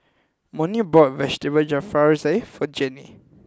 Monnie bought Vegetable Jalfrezi for Gene